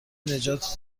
نجات